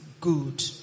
good